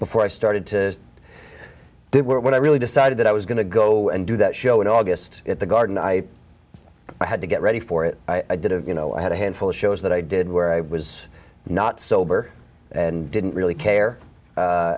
before i started to do what i really decided that i was going to go and do that show in august at the garden i had to get ready for it i didn't you know i had a handful of shows that i did where i was not sober and didn't really care